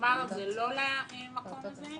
תאמר זה לא למקום הזה,